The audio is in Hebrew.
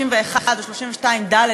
31 או 32(ד),